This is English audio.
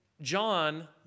john